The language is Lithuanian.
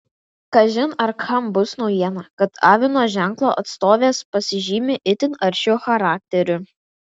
kažin ar kam bus naujiena kad avino ženklo atstovės pasižymi itin aršiu charakteriu